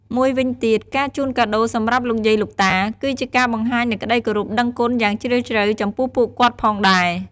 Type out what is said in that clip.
មួយវិញទៀត ការជូនកាដូរសម្រាប់លោកយាយលោកតា គឺជាការបង្ហាញនូវក្តីគោរពដឹងគុណយ៉ាងជ្រាលជ្រៅចំពោះពួកគាត់ ផងដែរ។